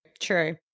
True